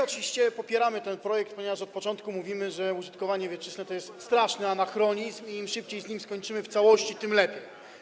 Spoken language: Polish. Oczywiście popieramy ten projekt, ponieważ od początku mówimy, że użytkowanie wieczyste to jest straszny anachronizm i im szybciej z nim skończymy w całości, tym lepiej.